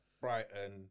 Brighton